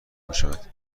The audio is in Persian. میشود